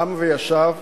קם וישב,